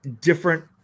different